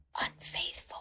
unfaithful